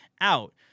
out